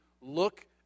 look